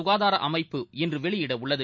சுகாதார அமைப்பு இன்று வெளியிட உள்ளது